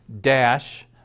dash